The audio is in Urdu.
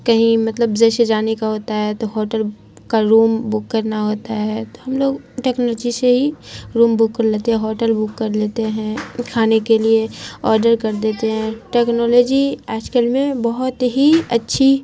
کہیں مطلب جیسے جانے کا ہوتا ہے تو ہوٹل کا روم بک کرنا ہوتا ہے تو ہم لوگ ٹیکنالوجی سے ہی روم بک کر لیتے ہیں ہوٹل بک کر لیتے ہیں کھانے کے لیے آڈر کر دیتے ہیں ٹیکنالوجی آج کل میں بہت ہی اچھی